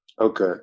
Okay